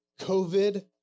COVID